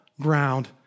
ground